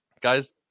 Guys